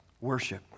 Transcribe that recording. worship